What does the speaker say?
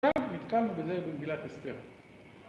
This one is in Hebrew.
עכשיו נתקענו בזה במגילת אסתר